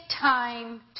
time